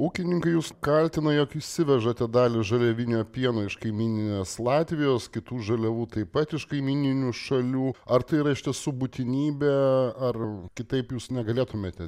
ūkininkai jus kaltino jog išsivežate dalį žaliavinio pieno iš kaimyninės latvijos kitų žaliavų taip pat iš kaimyninių šalių ar tai yra iš tiesų būtinybė ar kitaip jūs negalėtumėte